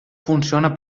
funciona